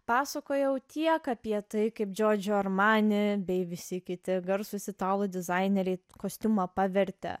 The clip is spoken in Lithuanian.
pasakojau tiek apie tai kaip giorgio armani bei visi kiti garsūs italų dizaineriai kostiumą pavertė